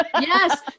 Yes